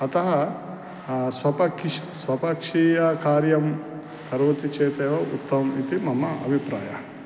अतः स्वपकिश् स्वपक्षीय कार्यं करोति चेतेव उत्तमम् इति मम अभिप्रायः